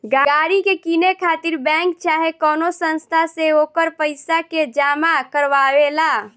गाड़ी के किने खातिर बैंक चाहे कवनो संस्था से ओकर पइसा के जामा करवावे ला